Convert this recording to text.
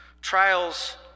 Trials